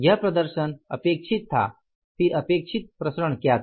यह प्रदर्शन अपेक्षित था फिर अपेक्षित प्रसरण क्या था